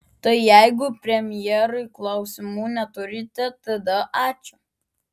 tai jeigu premjerui klausimų neturite tada ačiū